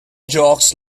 jocks